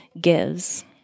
gives